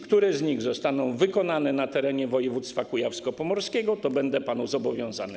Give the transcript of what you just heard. Które z nich zostaną wykonane na terenie województwa kujawsko-pomorskiego, to będę panu zobowiązany.